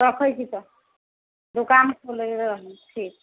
रखै छी तऽ दोकान खोलले रहब ठीक